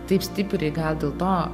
taip stipriai gal dėl to